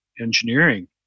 engineering